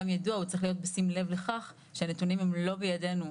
גם יידוע הוא צריך להיות בשים לב לכך שהנתונים הם לא בידינו.